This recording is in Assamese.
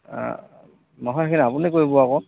নহয় সেই আপুনি কৰিব আকৌ